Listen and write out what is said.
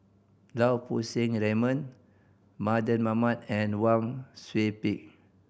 Lau Poo Seng Raymond Mardan Mamat and Wang Sui Pick